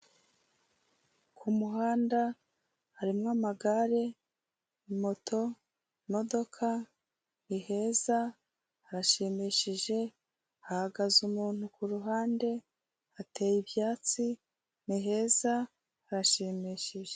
Ku muhanda harimo amagare, moto, imodokadoka, ni heza harashimishije, hahagaze umuntu ku ruhande, hateye ibyatsi, ni heza harashimishije.